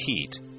heat